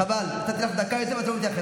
חברת הכנסת לזימי, נא לסיים.